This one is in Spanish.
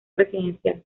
presidencial